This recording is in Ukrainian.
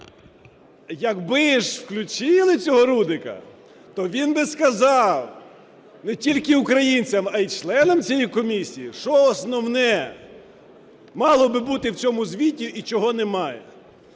Якби ж включили цього Рудика, то він би сказав не тільки українцям, а й членам цієї комісії, що основне мало би бути в цьому звіті і чого немає.